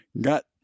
got